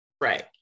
right